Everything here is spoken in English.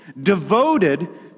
devoted